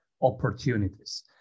opportunities